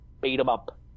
beat-em-up